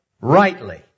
Rightly